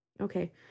Okay